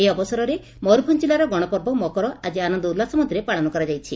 ଏହି ଅବସରେ ମୟରଭଞ୍ କିଲ୍ଲାର ଗଶପର୍ବ 'ମକର' ଆକି ଆନନ୍ଦ ଉଲ୍ଲାସ ମଧ୍ଧରେ ପାଳନ କରାଯାଉଛି